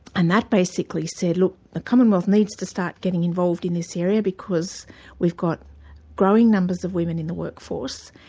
and that basically said, look, the ah commonwealth needs to start getting involved in this area because we've got growing numbers of women in the workforce,